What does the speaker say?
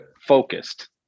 focused